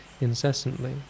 incessantly